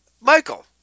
Michael